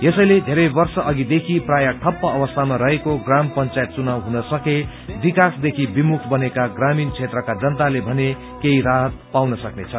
यसैले धेरै वर्ष अघिदेखि प्रायः ठप्प अवस्थामा रहेको ग्राम पंचायत चुनाव हुनसके विकासदेखि विमुख बनेका ग्रामीण क्षेत्रका जनताले भने केही राहत पाउन सक्ने छन्